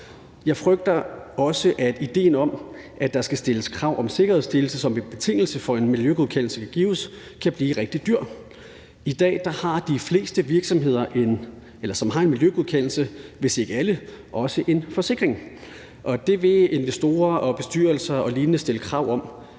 Jeg frygter også, at idéen om, at der skal stilles krav om sikkerhedsstillelse som en betingelse for, at en miljøgodkendelse kan gives, kan blive rigtig dyr. I dag har de fleste virksomheder, som har en miljøgodkendelse, hvis ikke alle, også en forsikring, og det vil investorer og bestyrelser og lignende stille krav om.